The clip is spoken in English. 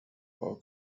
our